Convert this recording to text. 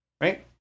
right